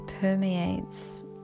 permeates